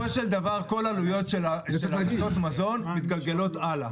בסופו של דבר כל העלויות של רשתות המזון מתגלגלות הלאה.